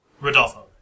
Rodolfo